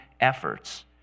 efforts